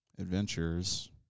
Adventures